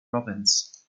robins